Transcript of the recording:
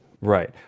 Right